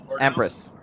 Empress